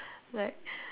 like